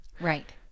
right